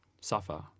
suffer